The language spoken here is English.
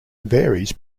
varies